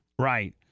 Right